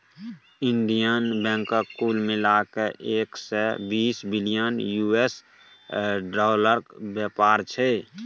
Indian बैंकक कुल मिला कए एक सय बीस बिलियन यु.एस डालरक बेपार छै